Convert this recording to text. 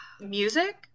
music